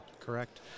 Correct